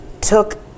took